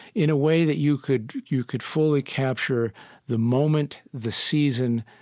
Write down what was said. in a way that you could you could fully capture the moment, the season,